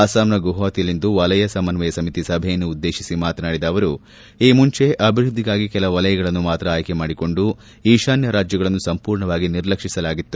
ಅಸ್ಲಾಂನ ಗುವಾಹತಿಯಲ್ಲಿಂದು ವಲಯ ಸಮನ್ವಯ ಸಮಿತಿ ಸಭೆಯನ್ನುದ್ದೇಶಿಸಿ ಮಾತನಾಡಿದ ಅವರು ಈ ಮುಂಚೆ ಅಭಿವೃದ್ದಿಗಾಗಿ ಕೆಲ ವಲಯಗಳನ್ನು ಮಾತ್ರ ಆಯ್ಕೆ ಮಾಡಿಕೊಂಡು ಈತಾನ್ಯ ರಾಜ್ಯಗಳನ್ನು ಸಂಪೂರ್ಣವಾಗಿ ನಿರ್ಲಕ್ಷಿಸಲಾಗಿತ್ತು